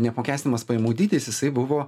neapmokestinamas pajamų dydis jisai buvo